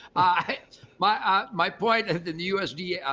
my ah my point, at the us dea,